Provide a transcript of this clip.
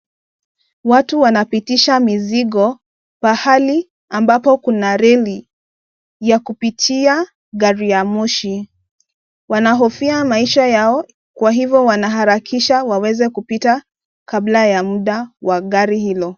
Watu wanapitisha mizigo pahali ambapo kuna reli ya kupitia gari ya moshi. Wanahofia maisha yao kwa hivyo wanaharakisha kupita kabla ya muda wa gari hilo.